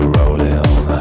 rolling